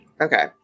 Okay